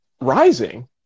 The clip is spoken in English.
rising